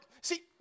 see